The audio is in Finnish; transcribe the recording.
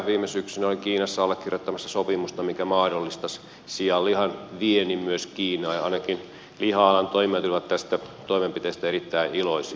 viime syksynä olin kiinassa allekirjoittamassa sopimusta mikä mahdollistaisi sianlihan viennin myös kiinaan ja ainakin liha alan toimijat olivat tästä toimenpiteestä erittäin iloisia